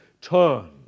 turn